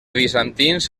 bizantins